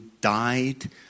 died